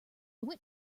went